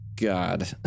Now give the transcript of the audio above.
God